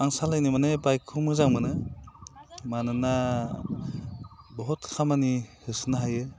आं सालायनो माने बाइकखो मोजां मोनो मानोना बहुद खामानि होसोनो हायो